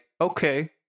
okay